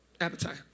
Appetite